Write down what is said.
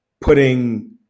putting